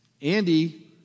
Andy